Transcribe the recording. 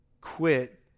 quit